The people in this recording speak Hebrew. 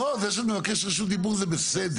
לא, זה שאת מבקשת רשות דיבור זה בסדר.